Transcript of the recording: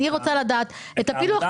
אני רוצה לדעת את הפילוח.